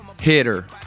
hitter